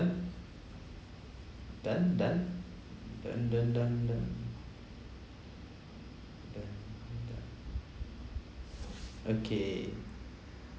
done done done done done done done done done okay